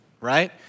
right